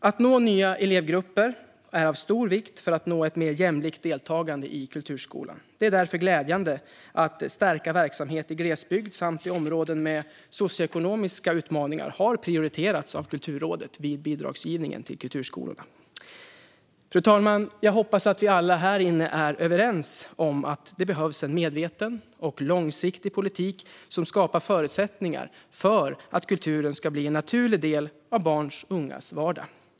Att nå nya elevgrupper är av stor vikt för att nå ett mer jämlikt deltagande i kulturskolan. Det är därför glädjande att en stärkt verksamhet i glesbygd samt i områden med socioekonomiska utmaningar har prioriterats av Kulturrådet vid bidragsgivningen till kulturskolorna. Fru talman! Jag hoppas att vi alla är överens om att det behövs en medveten och långsiktig politik som skapar förutsättningar för att kulturen ska bli en naturlig del av barns och ungas vardag.